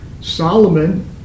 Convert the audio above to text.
Solomon